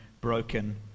broken